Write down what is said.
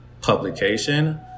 publication